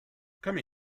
come